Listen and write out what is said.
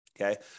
Okay